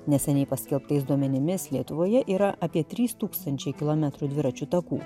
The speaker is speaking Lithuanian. neseniai paskelbtais duomenimis lietuvoje yra apie trys tūkstančiai kilometrų dviračių takų